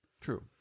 True